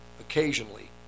Occasionally